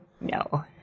No